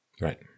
Right